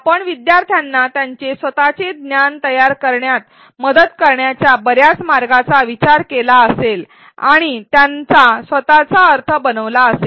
आपण शिकणाऱ्यांना त्यांचे स्वतचे ज्ञान तयार करण्यात मदत करण्याच्या बर्याच मार्गांचा विचार केला असेल आणि त्यांचा स्वतचा अर्थ बनवला असेल